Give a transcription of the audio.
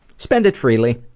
spend it freely!